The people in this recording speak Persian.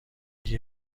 دیگه